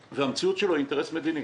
ההימצאות שלו היא אינטרס לאומי מדיני,